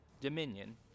Dominion